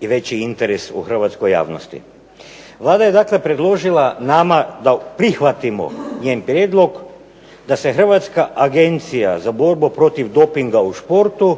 i veći interes u hrvatskoj javnosti. Vlada je dakle predložila nama da prihvatimo njen prijedlog da se Hrvatska agencija za borbu protiv dopinga u športu